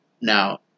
Now